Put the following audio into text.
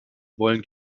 wollen